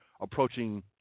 approaching